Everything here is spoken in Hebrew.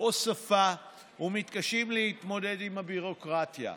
או שפה ומתקשים להתמודד עם הביורוקרטיה.